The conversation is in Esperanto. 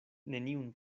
neniun